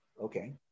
okay